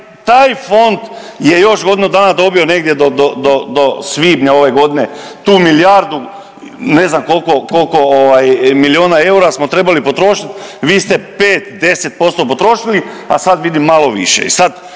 taj fond je još godinu dana dobio negdje do, do, do svibnja ove godine tu milijardu, ne znam koliko ovaj milijuna eura smo trebali potrošiti, vi ste 5, 10% potrošili, a sad vidim malo više.